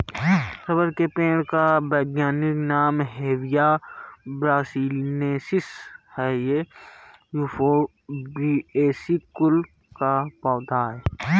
rubber के पेड़ का वैज्ञानिक नाम हेविया ब्रासिलिनेसिस है ये युफोर्बिएसी कुल का पौधा है